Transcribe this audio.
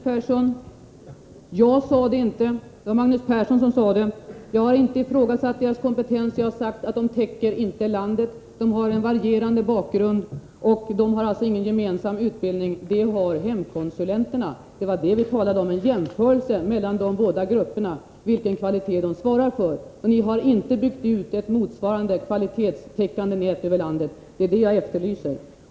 Herr talman! Jag har inte sagt det. Det var Magnus Persson som sade det. Jag har inte ifrågasatt de lokala konsumentrådgivarnas kompetens. Jag har sagt att de inte täcker in hela landet. De har en varierande bakgrund. De har alltså ingen gemensam utbildning. Det har hemkonsulenterna. Det var det vi talade om. Det handlar om en jämförelse mellan de båda grupperna, om vilken kvalitet de svarar för. Ni har inte byggt ut ett motsvarande nät som kvalitetsmässigt täcker in hela landet. Det är ett sådant jag efterlyser.